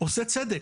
עושה צדק,